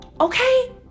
Okay